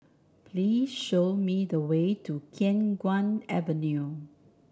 please show me the way to Khiang Guan Avenue